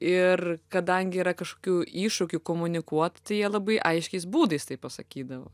ir kadangi yra kažkokių iššūkių komunikuot tai jie labai aiškiais būdais tai pasakydavo